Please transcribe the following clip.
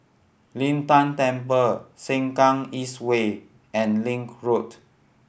Lin Tan Temple Sengkang East Way and Link Road